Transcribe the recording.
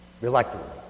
reluctantly